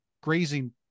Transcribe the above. grazing